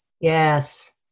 Yes